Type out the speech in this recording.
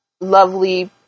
lovely